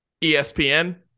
ESPN